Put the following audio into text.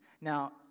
Now